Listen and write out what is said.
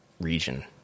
region